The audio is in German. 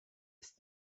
ist